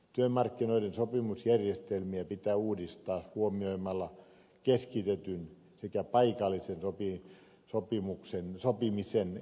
työmarkkinoiden sopimusjärjestelmiä pitää uudistaa huomioimalla keskitetyn sekä paikallisen sopimisen edut